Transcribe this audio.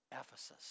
Ephesus